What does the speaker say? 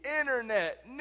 internet